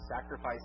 Sacrifice